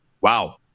Wow